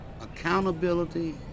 accountability